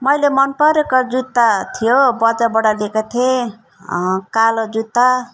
मैले मन परेको जुत्ता थियो बजरबाट लिएको थिएँ कालो जुत्ता